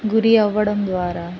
గురి అవ్వడం ద్వారా